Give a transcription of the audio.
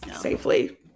safely